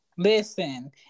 Listen